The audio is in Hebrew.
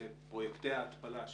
פרויקטי ההתפלה,